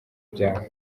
byawe